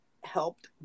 helped